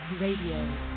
Radio